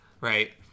Right